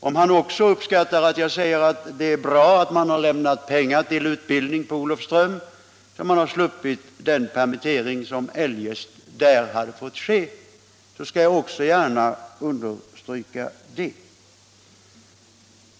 Om han också uppskattar att jag säger att det är bra att det har lämnats pengar till utbildning i Olofström, så att man har sluppit den permittering som eljest hade fått ske, så skall jag lika gärna understryka det.